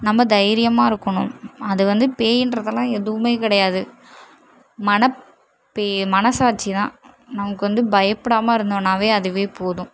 நம்ம தைரியமாக இருக்கனும் அது வந்து பேயின்றதுலாம் எதுவுமே கிடையாது மனப் பேய் மனசாட்சி தான் நமக்கு வந்து பயப்படாமல் இருந்தோன்னாவே அதுவே போதும்